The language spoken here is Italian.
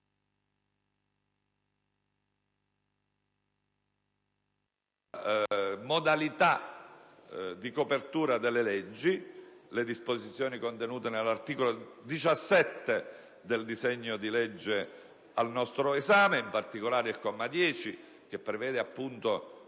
modalità di copertura delle leggi, a proposito delle disposizioni contenute nell'articolo 17 del disegno di legge al nostro esame, in particolare nel comma 10, che prevede